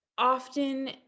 often